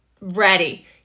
ready